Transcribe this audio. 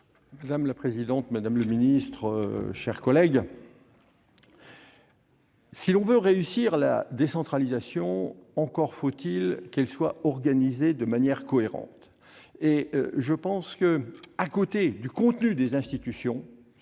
Madame la présidente, madame la ministre, chers collègues, si l'on veut réussir la décentralisation, encore faut-il qu'elle soit organisée de manière cohérente. Le cadre institutionnel